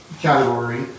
category